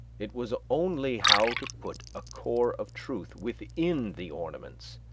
it was only how to put a core of truth within the ornaments,